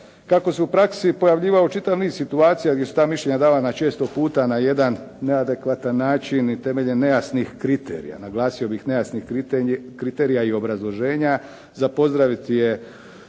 Kako se u praksi pojavljivao čitav niz situacija gdje su ta mišljenja davana često puta na jedan neadekvatan način i temeljem nejasnih kriterija, naglasio bih nejasnih kriterija i obrazloženja. Za pozdraviti je